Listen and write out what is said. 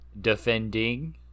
defending